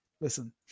Listen